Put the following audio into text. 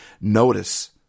notice